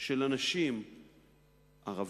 של אנשים ערבים,